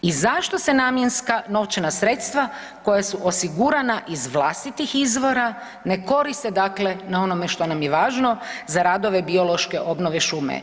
I zašto se namjenska novčana sredstva koja su osigurana iz vlastitih izvora ne koriste dakle na onome što nam je važno za radove biološke obnove šume?